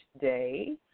day